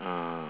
uh